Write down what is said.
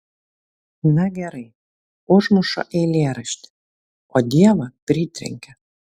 na gerai užmuša eilėraštį o dievą pritrenkia